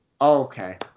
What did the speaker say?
okay